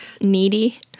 needy